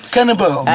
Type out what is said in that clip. Cannibal